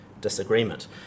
disagreement